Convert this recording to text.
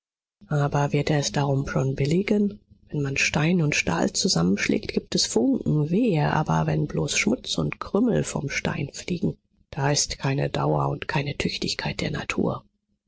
aber wird er es darum schon billigen wenn man stein und stahl zusammenschlägt gibt es funken wehe aber wenn bloß schmutz und krümel vom stein fliegen da ist keine dauer und keine tüchtigkeit der natur